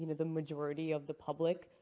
the majority of the public.